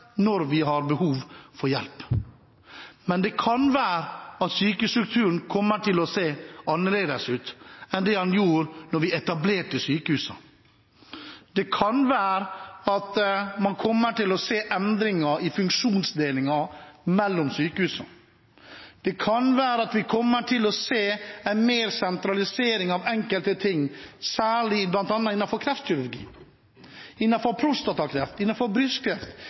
når vi har behov for hjelp. Men det kan være at sykehusstrukturen kommer til å se annerledes ut enn det den gjorde da vi etablerte sykehusene. Det kan være at man kommer til å se endringer i funksjonsdelingen mellom sykehusene. Det kan være at vi kommer til å se mer sentralisering av enkelte ting, bl.a. innenfor kreftkirurgi,